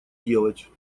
делать